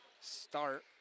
start